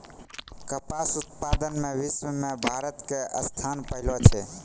कपास उत्पादन मॅ विश्व मॅ भारत के स्थान पहलो छै